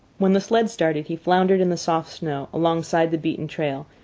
when the sled started, he floundered in the soft snow alongside the beaten trail,